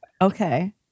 Okay